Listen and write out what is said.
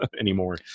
anymore